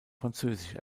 französisch